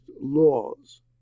laws